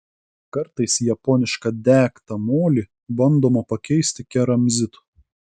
kartais japonišką degtą molį bandoma pakeisti keramzitu